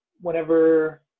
whenever